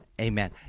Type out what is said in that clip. Amen